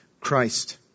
Christ